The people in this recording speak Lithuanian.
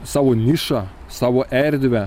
savo nišą savo erdvę